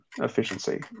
efficiency